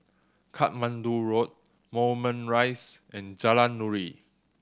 Katmandu Road Moulmein Rise and Jalan Nuri